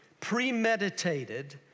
premeditated